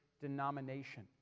denomination